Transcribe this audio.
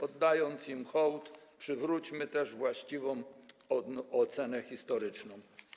Oddając im hołd, przywróćmy też właściwą ocenę historyczną.